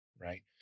Right